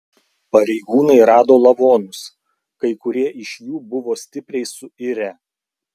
pareigūnai rado lavonus kai kurie iš jų buvo stipriai suirę